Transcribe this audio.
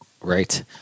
Right